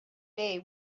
day